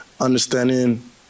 understanding